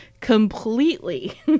completely